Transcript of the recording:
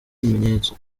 ibimenyetso